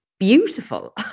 beautiful